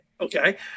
okay